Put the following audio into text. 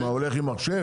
מה, הוא הולך עם מחשב?